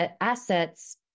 assets